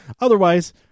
Otherwise